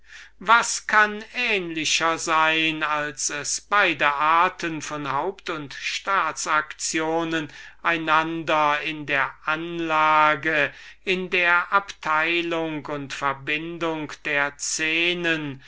was kann ähnlicher sein als es beide arten der haupt und staats aktionen einander in der anlage in der abteilung und disposition der szenen